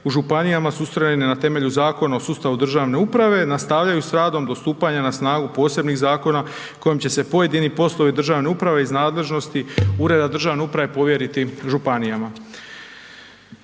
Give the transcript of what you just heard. u županijama su ustrojeni na temelju Zakona o sustavu državne uprave nastavljaju s radom do stupanja na snagu posebnih zakona kojim će se pojedini poslovi državne uprave iz nadležnosti ureda državne uprave povjeriti županijama.